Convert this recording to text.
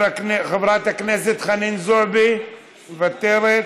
חברת הכנסת חנין זועבי, מוותרת,